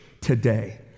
today